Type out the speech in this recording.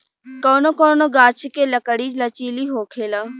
कौनो कौनो गाच्छ के लकड़ी लचीला होखेला